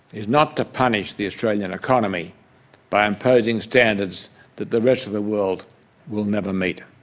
is not to punish the australian economy by imposing standards that the rest of the world will never meet.